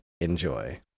enjoy